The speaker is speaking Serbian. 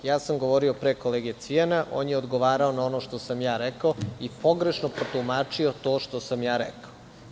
Ja sam govorio pre kolege Cvijana, a on je odgovarao na ono što sam ja rekao i pogrešno protumačio to što sam ja rekao.